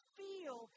feel